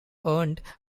earned